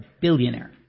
billionaire